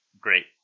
Great